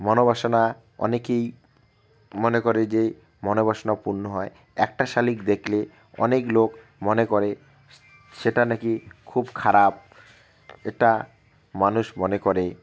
মনোবাসনা অনেকেই মনে করে যে মনোবাসনা পূর্ণ হয় একটা শালিক দেখলে অনেক লোক মনে করে সেটা নাকি খুব খারাপ এটা মানুষ মনে করে